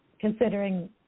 Considering